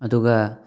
ꯑꯗꯨꯒ